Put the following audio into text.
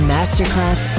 Masterclass